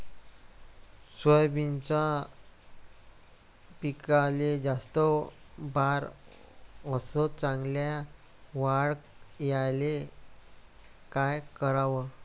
सोयाबीनच्या पिकाले जास्त बार अस चांगल्या वाढ यायले का कराव?